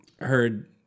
heard